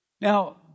Now